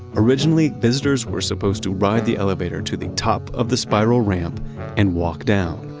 originally, visitors were supposed to ride the elevator to the top of the spiral ramp and walk down.